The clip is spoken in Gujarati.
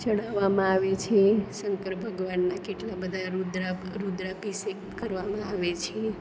ચઢાવવામાં આવે છે શંકર ભગવાનના કેટલા બધા રુદ્રાભિષેક કરવામાં આવે છે